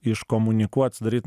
iškomunikuot sudaryt